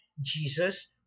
Jesus